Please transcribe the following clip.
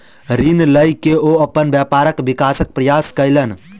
ऋण लय के ओ अपन व्यापारक विकासक प्रयास कयलैन